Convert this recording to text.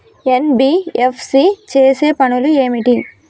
NBFC చేసే పనులు ఏమిటి?